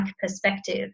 perspective